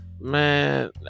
man